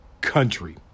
country